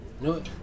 No